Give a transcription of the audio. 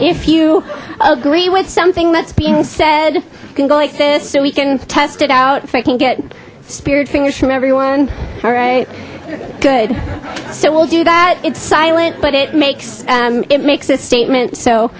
if you agree with something that's being said you can go like this so we can test it out if i can get spirit fingers from everyone right good so we'll do that it's silent but it makes it makes a statement so